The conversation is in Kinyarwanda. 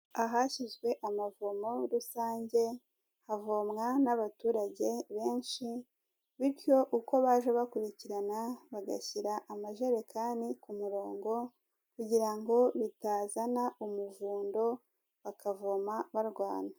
Ahashyizwe amavomo rusange havomwa n'abaturage, benshi bityo uko baje bakurikirana bagashyira amajerekani ku murongo, kugira ngo bitazana umuvundo bakavoma barwana.